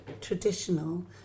traditional